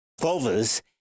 vulvas